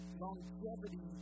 longevity